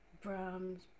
Brahms